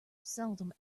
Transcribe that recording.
seldom